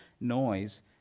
noise